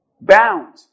bound